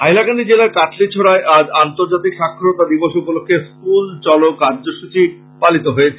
হাইলাকান্দি জেলার কাটলিছড়ায় আজ আর্ন্তজাতিক সাক্ষরতা দিবস উপলক্ষ্যে স্কল চলো কার্যসূচী পালিত হয়েছে